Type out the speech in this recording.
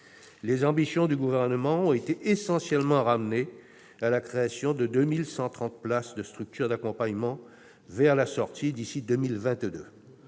Les ambitions du Gouvernement ont été ramenées, pour l'essentiel, à la création de 2 130 places en structures d'accompagnement vers la sortie d'ici à 2022.